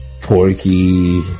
Porky